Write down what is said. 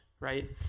Right